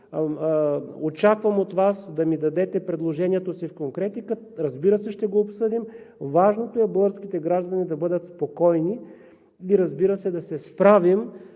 Очаквам от Вас да ми дадете предложението си в конкретика – разбира се, ще го обсъдим. Важното е българските граждани да бъдат спокойни и да се справим